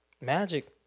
Magic